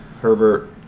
Herbert